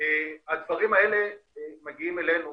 הדברים האלה מגיעים אלינו,